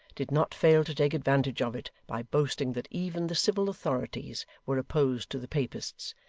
did not fail to take advantage of it by boasting that even the civil authorities were opposed to the papists,